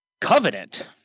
Covenant